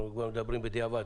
אנחנו כבר מדברים בדיעבד,